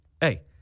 Hey